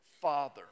Father